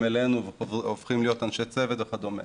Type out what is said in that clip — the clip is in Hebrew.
אלינו והופכים להיות אנשי צוות וכדומה.